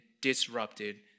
disrupted